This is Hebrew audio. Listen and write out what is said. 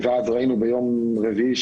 ואז ראינו ביום רביעי,